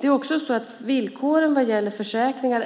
Det är också så att villkoren vad gäller försäkringar